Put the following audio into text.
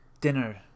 dinner